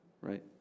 right